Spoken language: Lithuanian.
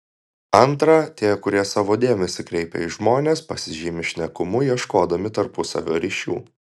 antra tie kurie savo dėmesį kreipia į žmones pasižymi šnekumu ieškodami tarpusavio ryšių